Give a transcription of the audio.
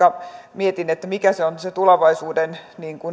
mietin mikä on se tulevaisuuden